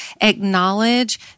acknowledge